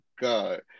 God